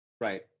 Right